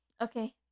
Okay